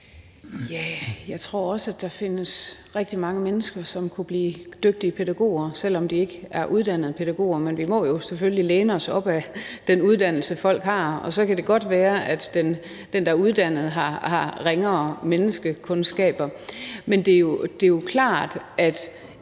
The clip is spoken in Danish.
Jeg tror også, der findes rigtig mange mennesker, som kunne blive dygtige pædagoger, selv om de ikke er uddannede pædagoger, men vi må jo selvfølgelig læne os op ad den uddannelse, folk har, og så kan det godt være, at den, der er uddannet, har ringere menneskekundskab. Men det er jo klart, at